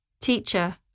Teacher